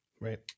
Right